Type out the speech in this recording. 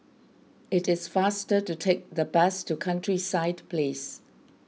it is faster to take the bus to Countryside Place